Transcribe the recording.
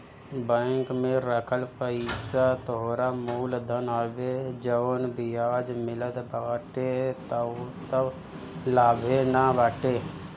bank में रखल पईसा तोहरा मूल धन हवे जवन बियाज मिलत बाटे उ तअ लाभवे न बाटे